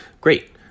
great